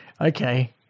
okay